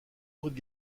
haute